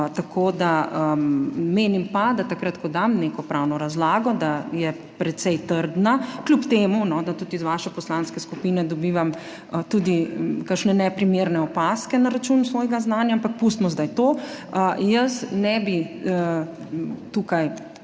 zboru. Menim pa, da takrat, ko dam neko pravno razlago, da je precej trdna, kljub temu, no, da tudi iz vaše poslanske skupine dobivam tudi kakšne neprimerne opazke na račun svojega znanja, ampak pustimo zdaj to. Jaz ne bom